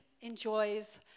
enjoys